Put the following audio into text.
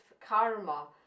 karma